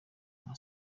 nka